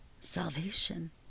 salvation